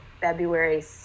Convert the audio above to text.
February